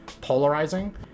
polarizing